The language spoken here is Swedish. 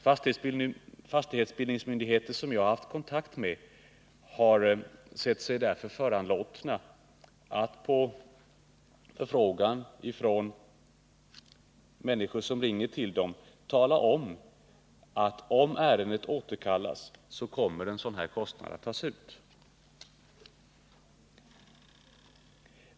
Fastighetsbildningsmyndigheter som jag haft kontakt med har därför sett sig föranlåtna — på förfrågan från människor som vänder sig till myndigheten — att meddela att om ärendet återkallas kommer en sådan här avgift att tas ut.